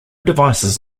devices